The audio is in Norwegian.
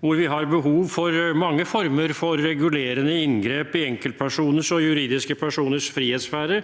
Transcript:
hvor vi har behov for mange former for regulerende inngrep i enkeltpersoners og juridiske personers frihetssfære